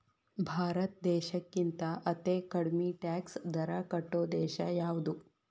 ಭಾರತ್ ದೇಶಕ್ಕಿಂತಾ ಅತೇ ಕಡ್ಮಿ ಟ್ಯಾಕ್ಸ್ ದರಾ ಕಟ್ಟೊ ದೇಶಾ ಯಾವ್ದು?